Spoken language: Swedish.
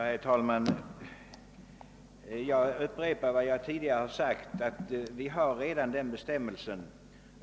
Herr talman! Jag upprepar vad jag tidigare har sagt att det redan finns en sådan bestämmelse.